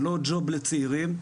זה לא ג'וב לצעירים.